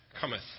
cometh